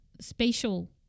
Spatial